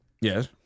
Yes